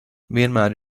vienmēr